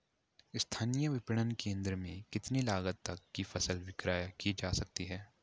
स्थानीय विपणन केंद्र में कितनी लागत तक कि फसल विक्रय जा सकती है?